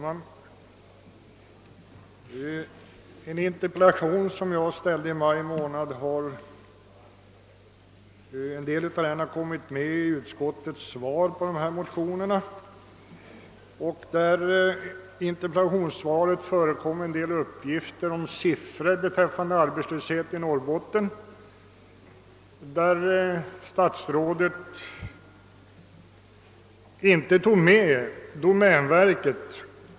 Herr talman! En del av innehållet i den interpellation jag framställde i våras har kommit med i utskottets svar på motionerna. I svaret på interpellationen förekom en del sifferuppgifter beträffande arbetslösheten i Norrbotten, där statsrådet inte räknat med domänverket.